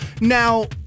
Now